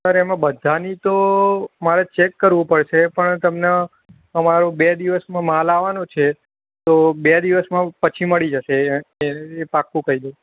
sir એમાં બધાની તો મારે ચેક કરવું પડશે પણ તમને તમારું બે દિવસ માલ આવાનો છે તો બે દિવસમાં પછી મળી જશે એ પાકું કહીં દઉં